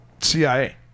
CIA